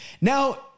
Now